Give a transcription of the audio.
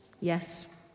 Yes